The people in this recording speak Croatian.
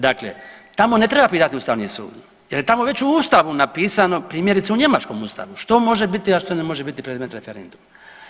Dakle, tamo ne treba pitati ustavni sud jer je tamo već u ustavu napisano primjerice u njemačkom ustavu što može biti, a što ne može biti predmet referenduma.